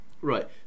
right